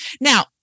now